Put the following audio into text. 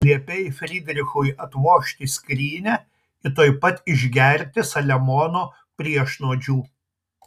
liepei frydrichui atvožti skrynią ir tuoj pat išgerti saliamono priešnuodžių